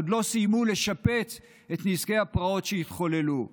עוד לא סיימו לשפץ את נזקי הפרעות שהתחוללו.